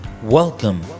Welcome